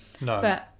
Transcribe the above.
No